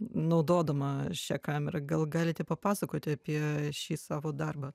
naudodama šią kamerą gal galite papasakoti apie šį savo darbą